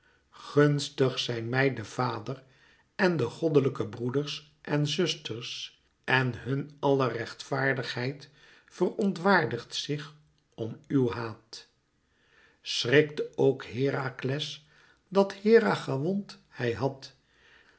gunstig zijn mij de vader en de goddelijke broeders en zusters en hun àller rechtvaardigheid verontwaardigt zich om uw haat schrikte ook herakles dat hera gewond hij had